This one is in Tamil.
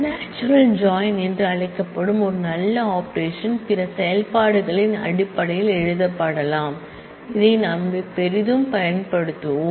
நாச்சுரல் ஜாயின் ⋈ என்று அழைக்கப்படும் ஒரு நல்ல ஆபரேஷன் பிற செயல்பாடுகளின் அடிப்படையில் எழுதப்படலாம் இது நாம் பெரிதும் பயன்படுத்துவோம்